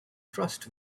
crushed